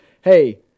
hey